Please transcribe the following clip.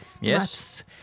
Yes